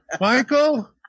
Michael